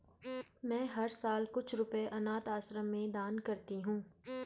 मैं हर साल कुछ रुपए अनाथ आश्रम में दान करती हूँ